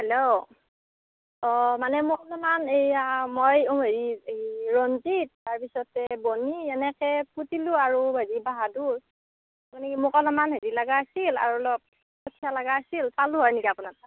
hello অ' মানে মোক অলপমান এইয়া মই হেৰি ৰঞ্জিত তাৰপিছতে বৰ্নী এনেকৈ কুটিলোঁ আৰু মানে মোক অলপমান হেৰি লাগা হৈছিল আৰু অলপ পাইচা লাগা হৈছিল পালোঁ হয় নেকি আপোনাৰ তাত